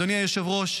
אדוני היושב-ראש,